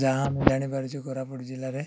ଯାହା ମୁଁ ଜାଣିପାରୁଛି କୋରାପୁଟ ଜିଲ୍ଲାରେ